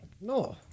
No